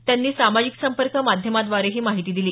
त्यांनी सामाजिक संपर्क माध्यमाद्वारे ही माहिती दिली